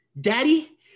Daddy